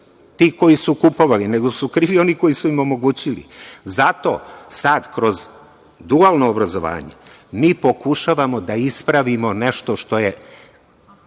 ti koji su kupovali, nego su krivi oni koji su im omogućili. Zato, sad kroz dualno obrazovanje mi pokušavamo da ispravimo nešto što je